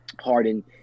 Harden